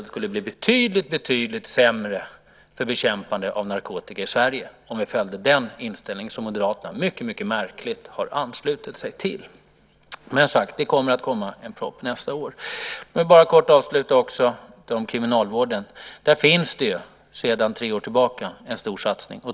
Det skulle bli betydligt sämre för bekämpandet av narkotika i Sverige om vi följde den inställning som Moderaterna mycket märkligt har anslutit sig till. Det kommer som sagt en proposition nästa år. Avslutningsvis vill jag kort säga något om kriminalvården. Det finns sedan tre år tillbaka en stor satsning.